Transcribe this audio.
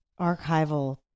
archival